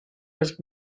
was